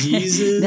Jesus